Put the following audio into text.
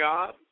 God